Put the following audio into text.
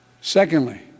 Secondly